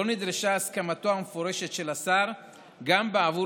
לא נדרשה הסכמתו המפורשת של השר גם בעבור